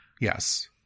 yes